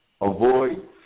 avoid